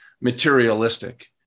materialistic